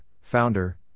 Founder